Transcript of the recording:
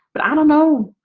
but i don't know.